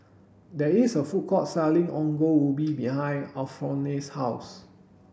there is a food court selling ongol ubi behind Alphonse's house